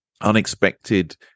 unexpected